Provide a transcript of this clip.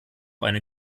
eine